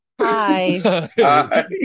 Hi